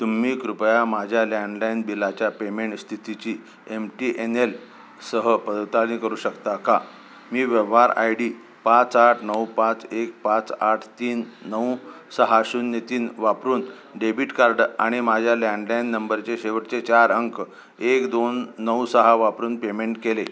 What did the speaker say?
तुम्ही कृपया माझ्या लँडलाईन बिलाच्या पेमेंट स्थितीची एम टी एन एलसह पदताली करू शकता का मी व्यवहार आय डी पाच आठ नऊ पाच एक पाच आठ तीन नऊ सहा शून्य तीन वापरून डेबिट कार्ड आणि माझ्या लॅनलायन नंबरचे शेवटचे चार अंक एक दोन नऊ सहा वापरून पेमेंट केले